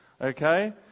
Okay